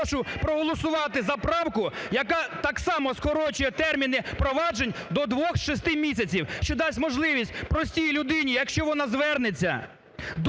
І прошу проголосувати за правку, яка так само скорочує терміни проваджень до 2 з 6 місяців, що дасть можливість простій людині, якщо звернеться